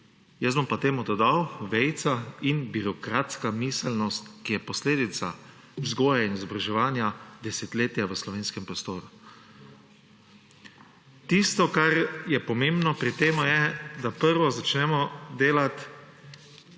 Jaz bom pa temu dodal: vejica, »in birokratska miselnost, ki je posledica vzgoje in izobraževanja desetletja v slovenskem prostoru«. Tisto, kar je pomembno pri tem, je, da prvo začnemo delati